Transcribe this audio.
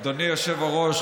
אדוני היושב-ראש,